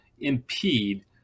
impede